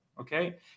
Okay